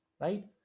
right